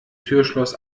türschloss